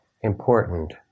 important